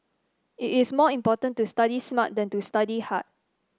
it is more important to study smart than to study hard